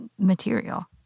material